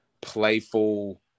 playful